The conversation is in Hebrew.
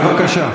בבקשה.